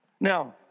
Now